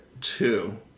two